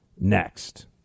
next